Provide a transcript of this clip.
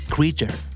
Creature